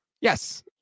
Yes